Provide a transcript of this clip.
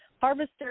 harvester